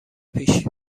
پیش